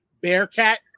Bearcat